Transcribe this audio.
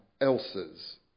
else's